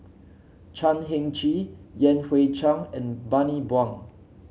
Chan Heng Chee Yan Hui Chang and Bani Buang